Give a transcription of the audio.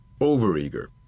over-eager